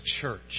church